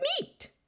meat